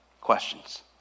questions